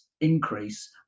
increase